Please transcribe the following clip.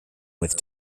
with